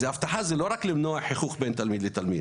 תפקיד המאבטח הוא לא רק בכדי למנוע חיכוך בין תלמיד לתלמיד.